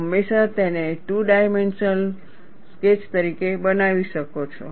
હંમેશા તેને two dimensional sketch તરીકે બનાવી શકો છો